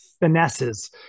Finesse's